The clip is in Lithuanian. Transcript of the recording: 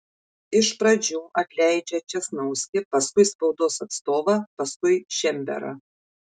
iš pradžių atleidžia česnauskį paskui spaudos atstovą paskui šemberą